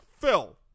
Phil